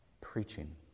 Preaching